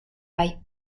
bai